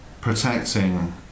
protecting